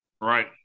Right